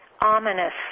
ominous